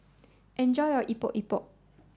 enjoy your Epok Epok